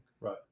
Right